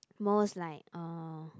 most like uh